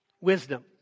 wisdom